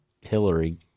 Hillary